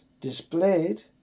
displayed